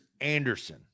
Anderson